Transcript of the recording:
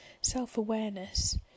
Self-awareness